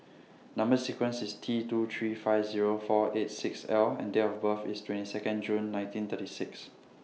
Number sequence IS T two three five Zero four eight six L and Date of birth IS twenty Second June nineteen thirty six